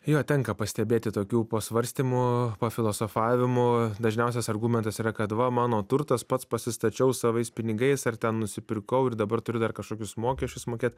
jo tenka pastebėti tokių pasvarstymų pafilosofavimų dažniausias argumentas yra kad va mano turtas pats pasistačiau savais pinigais ar ten nusipirkau ir dabar turiu dar kažkokius mokesčius mokėt